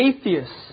atheists